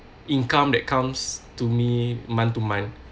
income that comes to me month to month